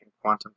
quantum